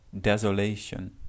desolation